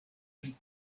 pri